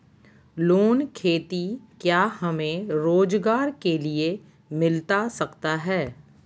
Loan खेती क्या हमें रोजगार के लिए मिलता सकता है?